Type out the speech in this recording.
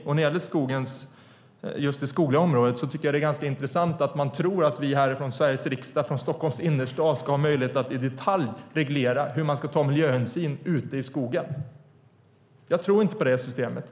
När det gäller det skogliga området tycker jag att det är ganska intressant att man tror att vi här i Sveriges riksdag i Stockholms innerstad ska ha möjlighet att i detalj reglera hur man ska ta miljöhänsyn ute i skogen. Jag tror inte på det systemet.